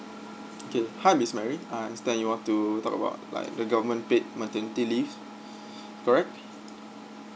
okay hi miss mary I understand you want to talk about like the government paid maternity leave right